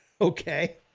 okay